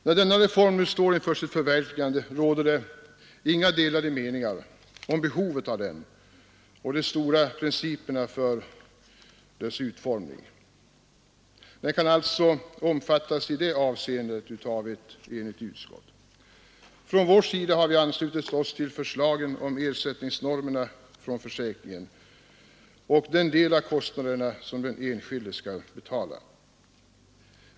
När denna reform nu står inför sitt förverkligande, råder det inga delade meningar om behovet av den och de stora principerna för dess utformning. Den kan alltså omfattas i det avseendet av ett enigt utskott. Från vår sida har vi anslutit oss till förslagen om ersättningsnormerna för försäkringen och den del av kostnaderna som den enskilde skall betala.